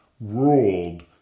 ruled